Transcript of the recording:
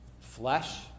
flesh